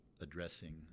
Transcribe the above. addressing